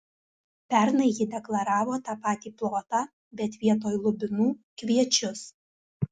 pernai ji deklaravo tą patį plotą bet vietoj lubinų kviečius